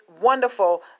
wonderful